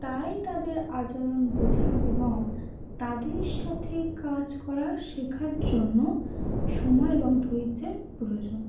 তাই তাদের আচরণ বোঝা এবং তাদের সাথে কাজ করা শেখার জন্য সময় এবং ধৈর্যের প্রয়োজন